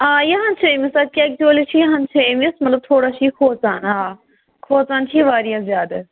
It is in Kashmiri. آ یِہَن چھِ أمِس اَدٕ کیٛاہ اَیٚکچُؤلی چھِ یِہَن چھِ أمِس مطلب تھوڑا چھِ یہِ کھوژان آ کھوژان چھُ یہِ واریاہ زیادٕ